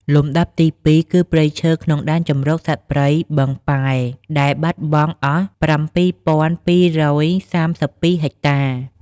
លំដាប់ទី២ គឺព្រៃឈើក្នុងដែនជម្រកសត្វព្រៃបឹងពែរ ដែលបាត់បង់អស់៧២៣២ហិកតា។